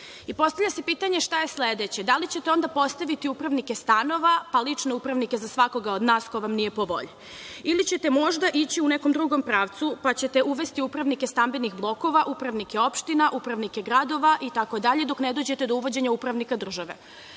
Postavlja se pitanje – šta je sledeće? Da li ćete onda postaviti upravnike stanova, a lične upravnike za svakoga od nas ko vam nije po volji ili ćete možda ići u nekom drugom pravcu pa ćete uvesti upravnike stambenih blokova, upravnike opština, upravnike gradova itd, dok ne dođete do uvođenja upravnika države?